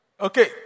Okay